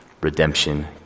redemption